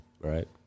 Right